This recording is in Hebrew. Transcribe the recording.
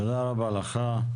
תודה רבה לך.